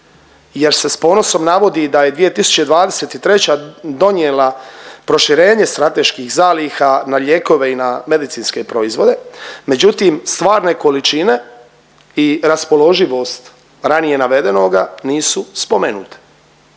jer se s ponosom navodi da je 2023. donijela proširenje strateških zaliha na lijekove i na medicinske proizvode, međutim stvarne količine i raspoloživost ranije navedenoga nisu spomenute.